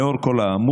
לאור כל האמור,